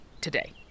today